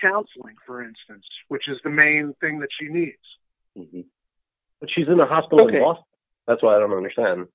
counselling for instance which is the main thing that she needs but she's in the hospital last that's why i don't understand